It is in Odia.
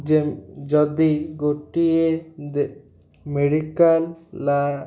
ଯେ ଯଦି ଗୋଟିଏ ମେଡ଼ିକାଲ୍